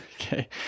Okay